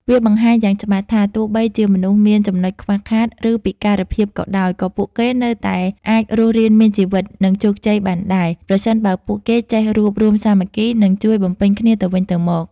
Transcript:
វាបង្ហាញយ៉ាងច្បាស់ថា ទោះបីជាមនុស្សមានចំណុចខ្វះខាត ឬពិការភាពក៏ដោយ ក៏ពួកគេនៅតែអាចរស់រានមានជីវិត និងជោគជ័យបានដែរ ប្រសិនបើពួកគេចេះរួបរួមសាមគ្គី និងជួយបំពេញគ្នាទៅវិញទៅមក។ ។